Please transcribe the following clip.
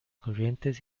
corrientes